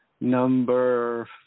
number